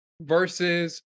versus